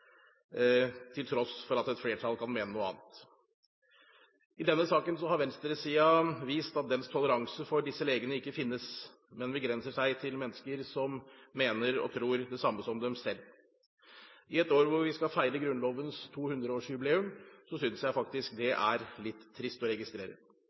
til tross for at et flertall kan mene noe annet. I denne saken har venstresiden vist at deres toleranse for disse legene ikke finnes, men begrenser seg til mennesker som mener og tror det samme som de selv. I et år da vi skal feire Grunnlovens 200-årsjubileum, synes jeg